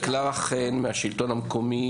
קלרה חן מהשלטון המקומי,